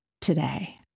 today